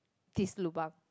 this lobang